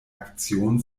aktion